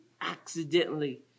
accidentally